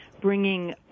bringing